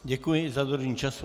Děkuji i za dodržení času.